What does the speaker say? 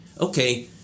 okay